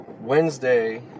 Wednesday